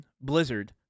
Blizzard